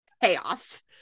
chaos